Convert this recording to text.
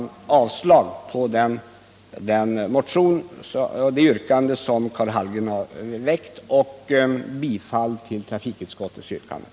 Med avslag på herr Hallgrens yrkande om bifall till vpkmotionen yrkar jag bifall till trafikutskottets hemställan.